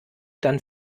dann